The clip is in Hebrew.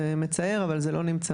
זה מצער, אבל זה לא נמצא.